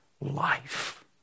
life